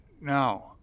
now